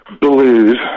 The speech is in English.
blues